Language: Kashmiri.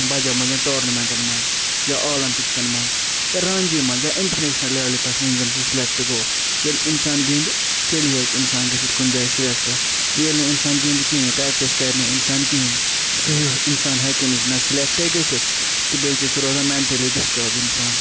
بجیٚن بجیٚن ٹورنامیٚنٹن منٛز یا اولمپِکسَن منٛز یا رانجی منٛز یا انٹرنیشنل لیولہِ پٮ۪ٹھ وۄنۍ زن سُہ سِلیٚکٹہٕ گوٚو ییٚلہِ انسان گِندِ تیٚلی ہیٚکہِ انسان گژھِتھ کُنہِ جایہِ سِلیٚکٹہٕ وۄنۍ ییٚلہِ نہٕ انسان گِندِ کہیٖنۍ پرٛیٚکٹِس کرِ نہٕ انسان کہیٖنۍ سُہ ہیٛو انسان ہیٚکہِ نَہ سلیٚکٹٔے گژھِتھ تہٕ بییٚہٕ چھُ سُہ روزان میٚنٹلی ڈسٹرٕب انسان